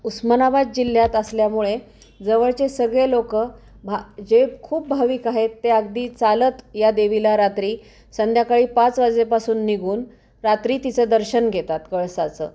उस्मानाबाद जिल्ह्यात असल्यामुळे जवळचे सगळे लोक भा जे खूप भाविक आहेत ते अगदी चालत या देवीला रात्री संध्याकाळी पाच वाजेपासून निघून रात्री तिचं दर्शन घेतात कळसाचं